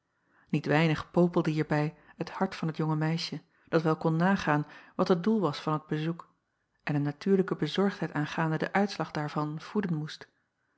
iet weinig popelde hierbij het hart van het jonge meisje dat wel kon nagaan wat het doel was van het bezoek en een natuurlijke bezorgdheid aangaande den uitslag daarvan voeden moest